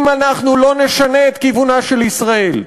אם אנחנו לא נשנה את כיוונה של ישראל,